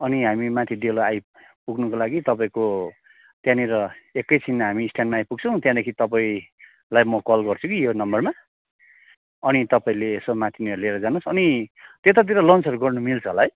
अनि हामी माथि डेलो आइपुग्नुको लागि तपाईँको त्यहाँनिर एकैछिन हामी स्ट्यान्डमा आइपुग्छौँ त्यहाँदेखि तपाईँलाई म कल गर्छु कि यो नम्बरमा अनि तपाईँले यसो माथिनिर लिएर जनुहोस् अनि त्यतातिर लन्चहरू गर्नु मिल्छ होला है